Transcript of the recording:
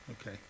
Okay